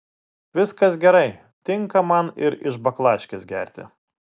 viskas gerai tinka man ir iš baklaškės gerti